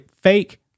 fake